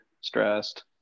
stressed